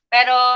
Pero